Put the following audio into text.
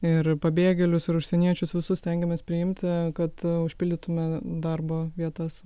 ir pabėgėlius ir užsieniečius visus stengiamės priimti kad užpildytume darbo vietas